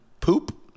poop